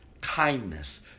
kindness